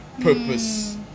purpose